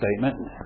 statement